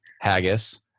haggis